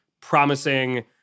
promising